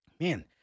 Man